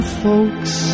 folks